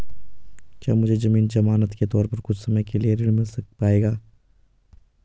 क्या मुझे ज़मीन ज़मानत के तौर पर कुछ समय के लिए ऋण मिल पाएगा?